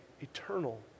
eternal